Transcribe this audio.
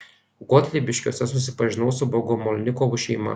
gotlybiškiuose susipažinau su bogomolnikovų šeima